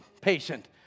patient